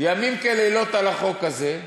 ימים כלילות על החוק הזה,